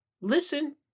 Listen